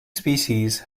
species